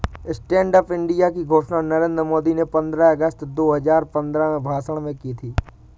stand up India की घोषणा नरेंद्र मोदी ने पंद्रह अगस्त दो हजार पंद्रह में भाषण में की थी